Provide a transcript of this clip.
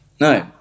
No